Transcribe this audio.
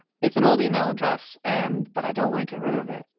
it's an old email address, and but i don't want to get rid of it.